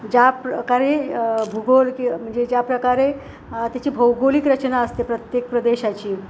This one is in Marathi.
ज्या प्रकारे भूगोल की म्हणजे ज्या प्रकारे त्याची भौगोलिक रचना असते प्रत्येक प्रदेशाची